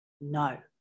no